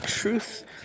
Truth